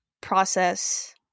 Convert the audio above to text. process